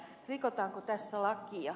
rikotaanko tässä lakia